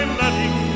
letting